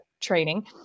training